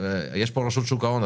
יש פה רשות שוק ההון,